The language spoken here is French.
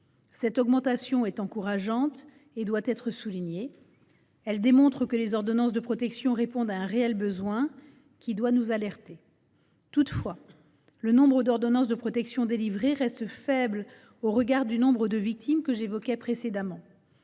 Cette augmentation est encourageante et doit être soulignée. Elle démontre que les ordonnances de protection répondent à un réel besoin, qui doit nous alerter. Toutefois, le nombre d’ordonnances de protection délivrées reste faible au regard du nombre de victimes que j’évoquais précédemment.